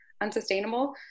unsustainable